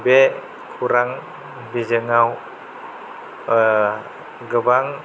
बे खौरां बिजोङाव गोबां